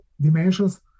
dimensions